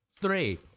Three